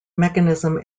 mechanism